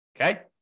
Okay